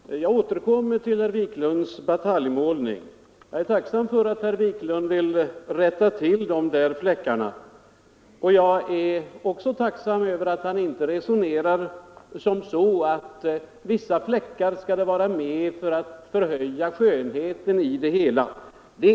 Herr talman! Jag återkommer till herr Wiklunds bataljmålning. Jag är tacksam för att herr Wiklund vill rätta till de där fläckarna, och jag är också tacksam över att han inte resonerar som så att det skall vara vissa fläckar för att förhöja skönheten i det hela.